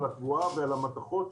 על התבואה ועל המתכות,